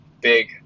big